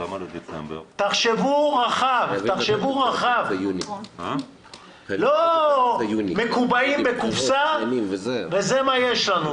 תחשבו רחב, אל תהיו מקובעים בקופסא וזה מה יש לנו.